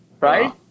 right